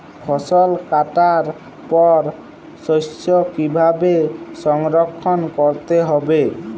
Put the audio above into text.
ফসল কাটার পর শস্য কীভাবে সংরক্ষণ করতে হবে?